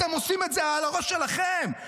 אתם עושים את זה על הראש שלכם, בסמינר,